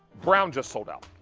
brown just sold out.